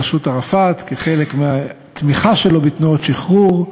בראשות ערפאת, כחלק מהתמיכה שלו בתנועות שחרור.